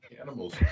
animals